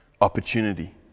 opportunity